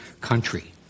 country